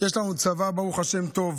יש לנו צבא טוב,